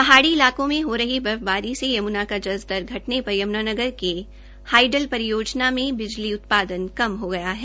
पहाड़ी इलाकों में हो रही बर्फबारी से यमुनानगर का जल स्तर घटने पर यम्नानगर के हाईडल परियोजना मे बिजली उत्पादन कम हो गया है